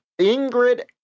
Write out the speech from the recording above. Ingrid